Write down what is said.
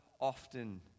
often